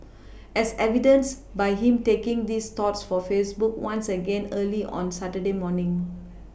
as evidenced by him taking his thoughts to Facebook once again early on Saturday morning